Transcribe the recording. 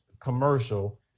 commercial